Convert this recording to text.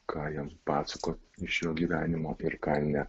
ką jam pasakot iš jo gyvenimo ir ką ne